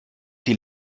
die